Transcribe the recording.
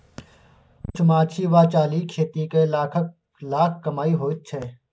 मधुमाछी वा चालीक खेती कए लाखक लाख कमाई होइत छै